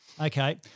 Okay